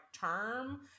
term